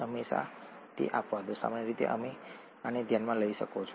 હંમેશાં અપવાદો હોય છે સામાન્ય રીતે તમે આને ધ્યાનમાં લઈ શકો છો